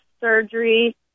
surgery